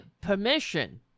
permission